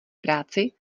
práci